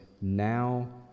Now